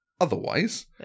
otherwise